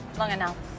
long enough.